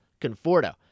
Conforto